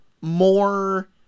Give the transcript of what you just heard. more